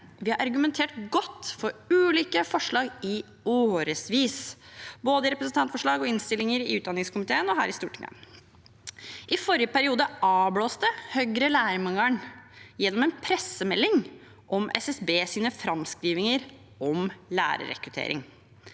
Vi har argumentert godt for ulike forslag i årevis, både i representantforslag, i innstillinger i utdanningskomiteen og her i Stortinget. I forrige periode avblåste Høyre lærermangelen gjennom en pressemelding om SSBs framskrivinger om lærerrekruttering,